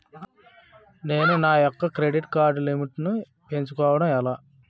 నేను నా యెక్క క్రెడిట్ కార్డ్ లిమిట్ నీ పెంచుకోవడం ఎలా?